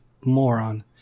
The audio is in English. moron